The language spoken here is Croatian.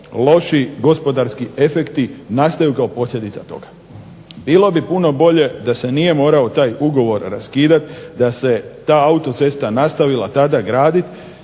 loši gospodarski efekti nastaju kao posljedica toga. Bilo bi puno bolje da se nije morao taj ugovor raskidat, da se ta autocesta nastavila tada gradit